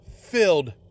filled